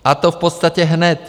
A to v podstatě hned.